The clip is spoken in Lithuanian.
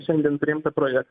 šiandien priimtą projektą